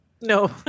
No